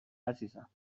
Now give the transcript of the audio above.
عزیزم